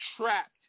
trapped